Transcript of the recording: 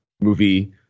movie